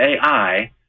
AI